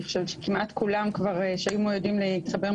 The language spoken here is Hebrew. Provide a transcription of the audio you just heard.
אני חושבת שכמעט כולם שהיו מיועדים להתחבר,